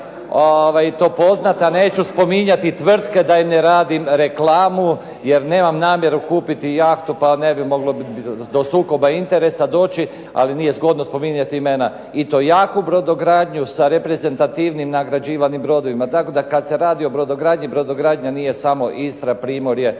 to poznata. Neću spominjati tvrtke da im ne radim reklamu, jer nemam namjeru kupiti jahtu pa ne bi moglo do sukoba interesa doći, ali nije zgodno spominjati imena. I to jaku brodogradnju sa reprezentativni nagrađivanim brodovima. Tako kada se radi o brodogradnji, brodogradnja nije samo Istri, Primorje,